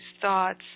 thoughts